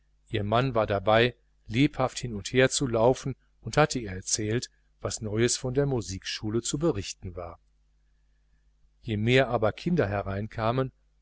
ihr mann war dabei lebhaft hin und hergelaufen und hatte ihr erzählt was neues von der musikschule zu berichten war je mehr aber kinder